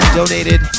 donated